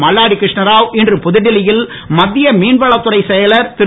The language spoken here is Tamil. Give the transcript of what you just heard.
மல்லாடி கிருஷ்ணராவ் இன்று புதுடெல்லியில் மத்திய மீன்வளத்துறைச் செயலர் திரு